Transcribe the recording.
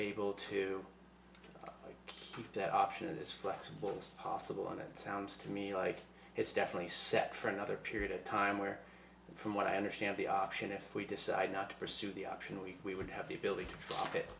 able to keep that option and this flexible possible and it sounds to me like it's definitely set for another period of time where from what i understand the option if we decide not to pursue the option we would have the ability to talk it